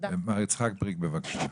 מר יצחק בריק, בבקשה.